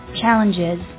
challenges